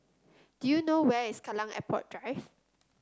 do you know where is Kallang Airport Drive